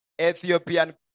Ethiopian